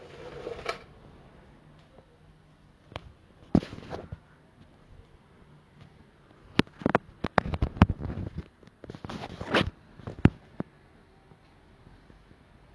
then err my and the lady like the auntie she was pregnant then my mum welcomed her like welcome her to my house like like you know to take a take a break because you know she's pregnant and she cannot be like smelling all that [what]